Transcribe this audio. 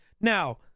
Now